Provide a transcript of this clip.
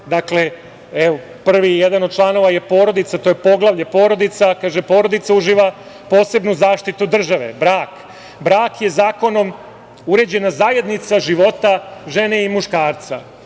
Dakle, jedan od članova je porodica. To je poglavlje porodica. Kaže – porodica uživa posebnu zaštitu države. Brak – brak je zakonom uređena zajednica života žene i muškarca.